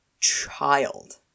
child